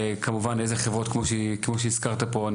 וכמובן איזה חברות כמו שהזכרת פה.